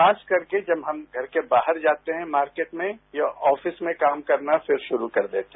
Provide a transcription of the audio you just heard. खास करके जब हम घर के बाहर जाते हैं मार्केट में या ऑफिस में काम करना फिर शुरू कर देते हैं